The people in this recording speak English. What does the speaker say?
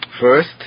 First